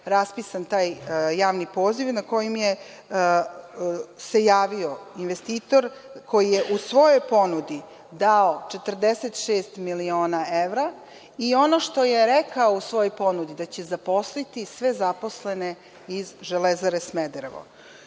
raspisan taj javni poziv na koji se javio investitor koji je u svojoj ponudi dao 46 miliona evra i ono što je rekao u svojoj ponudi, da će zaposliti sve zaposlene iz „Železare Smederevo“.Osim